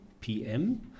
PM